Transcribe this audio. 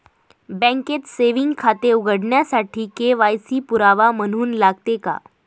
बँकेत सेविंग खाते उघडण्यासाठी के.वाय.सी पुरावा म्हणून लागते का?